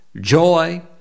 joy